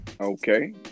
Okay